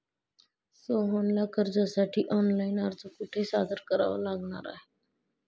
सोहनला कर्जासाठी ऑनलाइन अर्ज कुठे सादर करावा लागणार आहे?